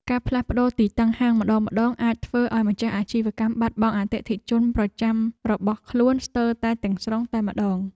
ការផ្លាស់ប្តូរទីតាំងហាងម្ដងៗអាចធ្វើឱ្យម្ចាស់អាជីវកម្មបាត់បង់អតិថិជនប្រចាំរបស់ខ្លួនស្ទើរតែទាំងស្រុងតែម្ដង។